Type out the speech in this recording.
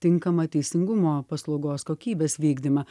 tinkamą teisingumo paslaugos kokybės vykdymą